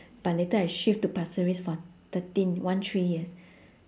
but later I shift to pasir ris for thirteen one three years